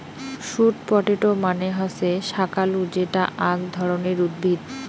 sweet potato মানে হসে শাকালু যেটা আক ধরণের উদ্ভিদ